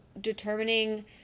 determining